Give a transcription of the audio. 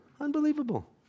Unbelievable